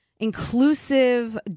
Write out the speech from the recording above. Inclusive